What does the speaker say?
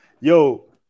Yo